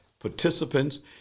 participants